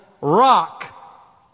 rock